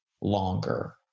longer